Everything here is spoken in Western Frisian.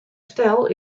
stel